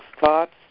thoughts